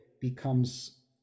becomes